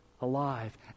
alive